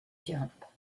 jump